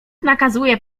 nakazuje